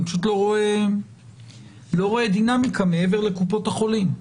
אני פשוט לא רואה דינמיקה מעבר לקופות החולים.